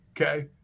Okay